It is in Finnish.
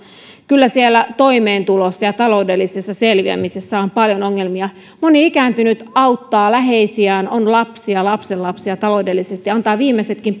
kyllä siellä toimeentulossa ja taloudellisessa selviämisessä on paljon ongelmia moni ikääntynyt auttaa läheisiään on lapsia lapsenlapsia taloudellisesti antaa viimeisetkin